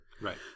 Right